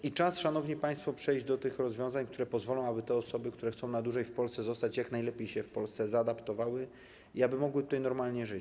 I czas, szanowni państwo, przejść do tych rozwiązań, które pozwolą, aby te osoby, które chcą na dłużej w Polsce zostać, jak najlepiej się w Polsce zaadaptowały i mogły tutaj normalnie żyć.